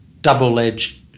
double-edged